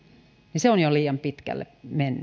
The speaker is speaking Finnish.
niin se on jo liian pitkälle